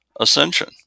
ascension